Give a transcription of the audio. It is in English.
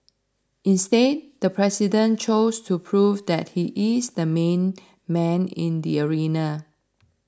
instead the president chose to prove that he is the main man in the arena